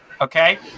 Okay